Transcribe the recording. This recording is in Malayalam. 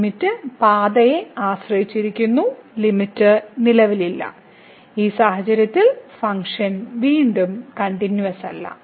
ലിമിറ്റ് പാതയെ ആശ്രയിച്ചിരിക്കുന്നു ലിമിറ്റ് നിലവിലില്ല ഈ സാഹചര്യത്തിൽ ഫംഗ്ഷൻ വീണ്ടും കണ്ടിന്യൂവസല്ല